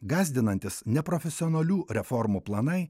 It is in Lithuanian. gąsdinantys neprofesionalių reformų planai